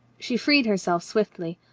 she freed herself swiftly.